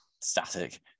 static